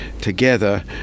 together